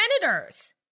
senators